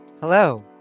Hello